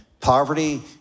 poverty